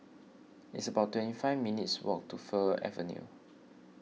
it's about twenty five minutes' walk to Fir Avenue